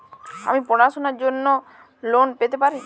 আমি পড়াশুনার জন্য কি ঋন পেতে পারি?